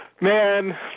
Man